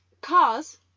Cars